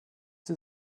sie